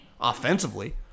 offensively